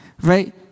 right